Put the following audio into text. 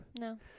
No